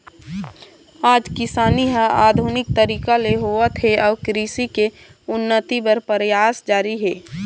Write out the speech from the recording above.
आज किसानी ह आधुनिक तरीका ले होवत हे अउ कृषि के उन्नति बर परयास जारी हे